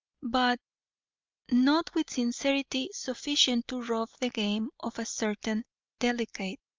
but not with sincerity sufficient to rob the game of a certain delicate,